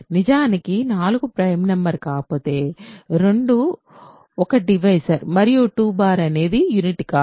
నిజానికి 4 prime number కాకపోతే 2 ఒక డివైజర్ మరియు 2 అనేది యూనిట్ కాదు